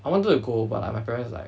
I wanted to go but like my parents like